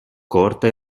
corta